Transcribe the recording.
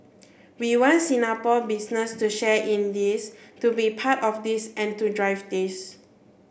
we want Singapore business to share in this to be part of this and to drive this